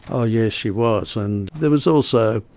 ah yes, she was, and there was also,